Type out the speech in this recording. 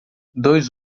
dois